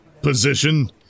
position